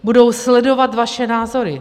Budou sledovat vaše názory.